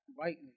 right